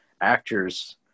actors